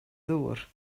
ddŵr